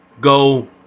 Go